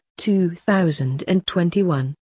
2021